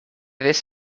this